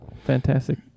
fantastic